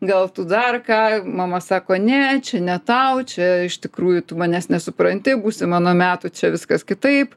gal tu dar ką mama sako ne čia ne tau čia iš tikrųjų tu manęs nesupranti būsi mano metų čia viskas kitaip